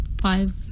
five